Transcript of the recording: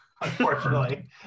unfortunately